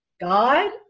God